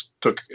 took